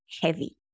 heavy